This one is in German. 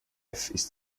ist